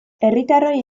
herritarroi